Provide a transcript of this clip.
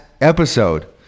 episode